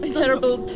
terrible